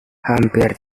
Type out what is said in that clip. hampir